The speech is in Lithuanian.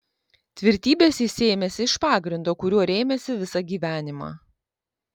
tvirtybės jis sėmėsi iš pagrindo kuriuo rėmėsi visą gyvenimą